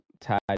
tied